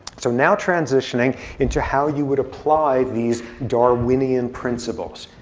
so now, transitioning into how you would apply these darwinian principles.